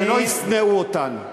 שלא ישנאו אותנו.